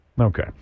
Okay